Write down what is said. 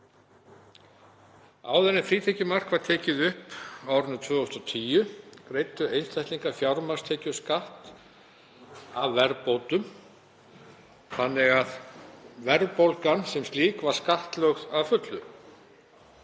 Áður en frítekjumark var tekið upp á árinu 2010 greiddu einstaklingar fjármagnstekjuskatt af verðbótum þannig að verðbólgan sem slík var skattlögð að fullu.